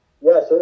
Yes